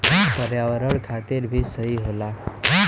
पर्यावरण खातिर भी सही होला